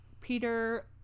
Peter